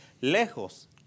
lejos